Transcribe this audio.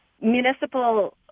municipal